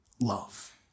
love